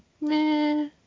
meh